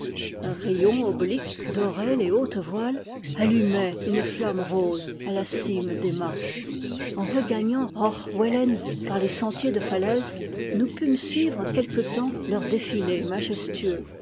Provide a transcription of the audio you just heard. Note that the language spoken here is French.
un rayon oblique dorait les hautes voiles allumait une flamme rose à la cime des mâts en regagnant roch vélen par les sentiers de falaise nous pûmes suivre quelque temps leur défilé majestueux